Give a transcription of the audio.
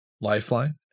Lifeline